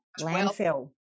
landfill